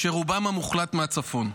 רובם המוחלט מהצפון.